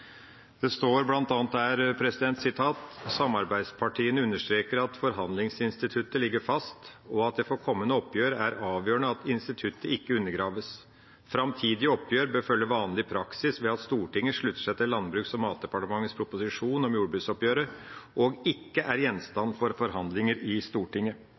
Det står bl.a. der: «Samarbeidspartiene understreker at forhandlingsinstituttet ligger fast, og at det for kommende oppgjør er avgjørende at instituttet ikke undergraves. Framtidige oppgjør bør følge vanlig praksis ved at Stortinget slutter seg til landbruks- og matdepartementets proposisjon om jordbruksoppgjøret, og ikke er gjenstand for forhandlinger i Stortinget.